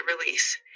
release